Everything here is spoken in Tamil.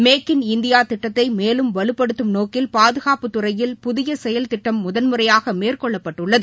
மேக் இன் இந்தியா திட்டத்தை மேலும் வலுப்படுத்தும் நோக்கில் பாதுகாப்பு துறையில் புதிய செயல்திட்டம் முதன் முறையாக மேற்கொள்ளப்பட்டுள்ளது